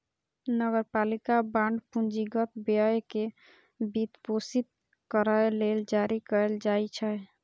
नगरपालिका बांड पूंजीगत व्यय कें वित्तपोषित करै लेल जारी कैल जाइ छै